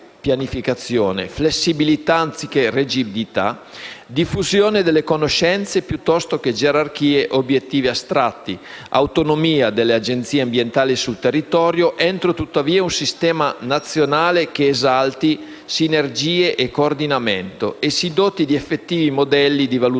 flessibilità anziché rigidità, diffusione delle conoscenze piuttosto che gerarchie e obiettivi astratti, autonomia delle Agenzie ambientali sul territorio entro però un sistema nazionale che esalti sinergie e coordinamento, e si doti di effettivi modelli di valutazione